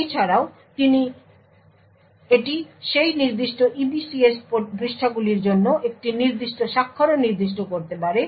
এছাড়াও তিনি সেই নির্দিষ্ট EPC পৃষ্ঠাগুলির জন্য একটি নির্দিষ্ট স্বাক্ষরও নির্দিষ্ট করতে পারেন